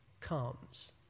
comes